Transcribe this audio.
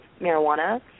marijuana